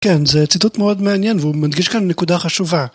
כן, זה ציטוט מאוד מעניין והוא מדגיש כאן נקודה חשובה.